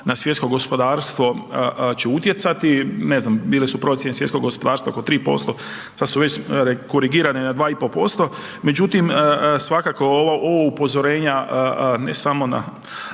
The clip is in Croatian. na svjetsko gospodarstvo će utjecati, ne znam, bile su procjene svjetskog gospodarstva oko 3%, sada su već korigirane na 2,5%. Međutim svakako ova upozorenja ne samo na